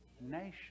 nation